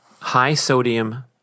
high-sodium